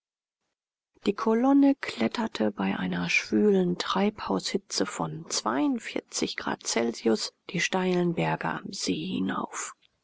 die kolonne kletterte bei einer schwülen treibhaushitze von grad celsius die steilen berge am see hinauf